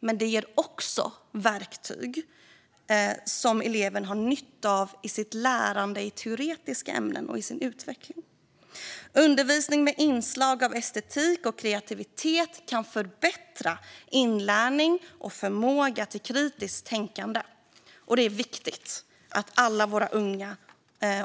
Men det ger också verktyg för som eleven har nytta av i sitt lärande i teoretiska ämnen och i sin utveckling. Undervisning med inslag av estetik och kreativitet kan förbättra inlärning och förmåga till kritiskt tänkande. Det är viktigt att alla våra barn